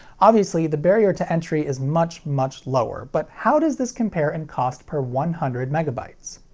obviously the barrier to entry is much much lower, but how does this compare in cost per one hundred megabytes?